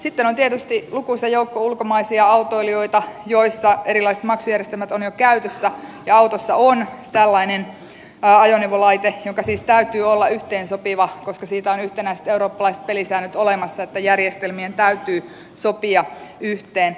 sitten on tietysti lukuisa joukko ulkomaisia autoilijoita joiden autoissa erilaiset maksujärjestelmät on jo käytössä ja autoissa on tällainen ajoneuvolaite jonka siis täytyy olla yhteensopiva koska on yhtenäiset eurooppalaiset pelisäännöt olemassa siitä että järjestelmien täytyy sopia yhteen